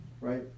right